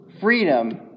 freedom